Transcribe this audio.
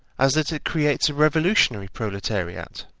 as that it creates a revolutionary proletariat.